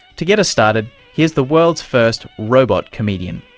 to get us started here's the world's first robot comedian.